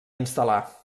instal·lar